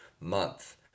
month –